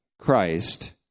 Christ